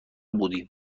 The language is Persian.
بودیم